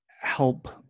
Help